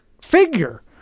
figure